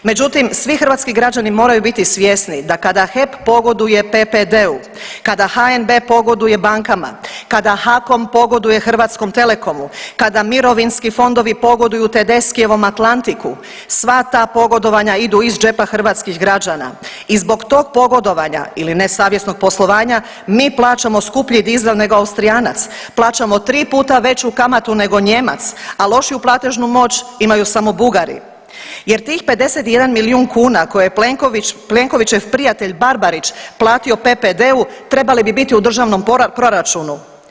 Međutim, svi hrvatski građani moraju biti svjesni da kada HEP pogoduje PPD-u, kada HNB pogoduje bankama, kada HAKOM pogoduje HT-u, kada mirovinski fondovi pogoduju Tedeskijevom Atlantiku sva ta pogodovanja idu iz džepa hrvatskih građana i zbog tog pogodovanja ili nesavjesnog poslovanja mi plaćamo skuplji dizel nego Austrijanac, plaćamo tri puta veću kamatu nego Nijemac, a lošiju platežnu moć imaju samo Bugari jer tih 51 milijun kuna koje je Plenkovićev prijatelj Barbarić platio PPD-u trebali bi biti u državnom proračunu.